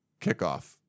kickoff